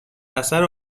اثر